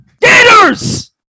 Gators